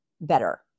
better